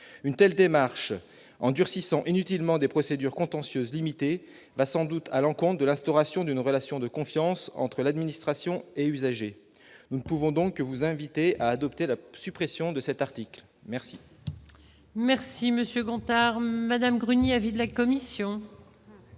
une telle démarche en durcissant inutilement des procédures contentieuses limité, va sans doute à l'compte de l'instauration d'une relation de confiance entre l'administration et usagers, nous ne pouvons donc vous inviter à adopter la suppression de cet article, merci. Merci monsieur Gontard Madame Bruni, avis de la commission.